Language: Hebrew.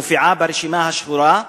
ומופיעה ברשימה השחורה.